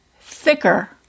thicker